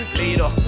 leader